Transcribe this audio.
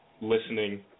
listening